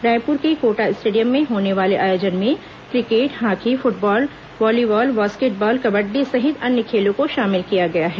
रायपुर के कोटा स्टेडियम में होने वाले आयोजन में cricket hockey football volleyball basketball kabaddi सहित अन्य खेलों को शामिल किया गया है